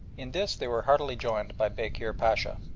in this they were heartily joined by bekir pacha.